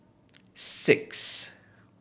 six